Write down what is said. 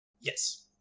Yes